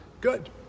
good